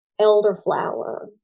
elderflower